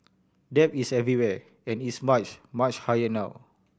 debt is everywhere and it's much much higher now